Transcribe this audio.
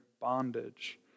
bondage